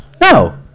No